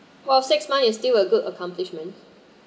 well six month is still a good accomplishment